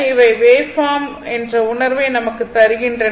இவை வேவ்பார்ம் என்ற உணர்வை நமக்கு தருகின்றன